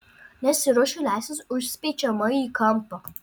nesiruošiu leistis užspeičiama į kampą